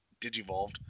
digivolved